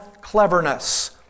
cleverness